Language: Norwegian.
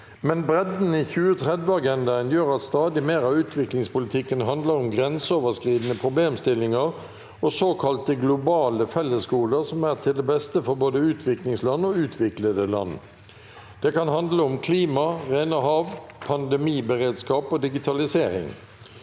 Men bredden i 2030-agendaen gjør at stadig mer av utviklingspolitikken handler om grenseoverskridende problemstillinger og såkalte glo- bale fellesgoder som er til det beste for både utviklings- land og utviklede land. Det kan handle om klima, rene hav, pandemiberedskap og digitalisering.